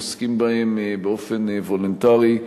עוסקים בהם באופן וולונטרי,